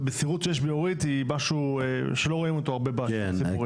המסירות שיש באורית היא לא משהו שרואים אותו הרבה בשירות הציבורי.